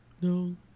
No